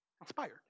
inspired